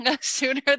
sooner